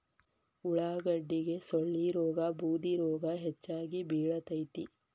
ಉಳಾಗಡ್ಡಿಗೆ ಸೊಳ್ಳಿರೋಗಾ ಬೂದಿರೋಗಾ ಹೆಚ್ಚಾಗಿ ಬಿಳತೈತಿ